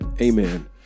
Amen